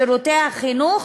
שירותי החינוך